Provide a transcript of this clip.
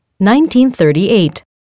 1938